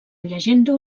llegenda